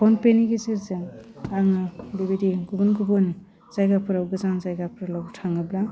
phone पेनि गेजेरजों आङो बेबायदि गुबुन गुबुन जायगाफोराव गोजान जायगाफोराव थाङोब्ला